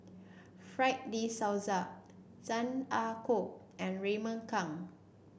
Fred De Souza Chan Ah Kow and Raymond Kang